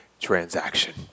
transaction